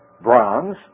bronze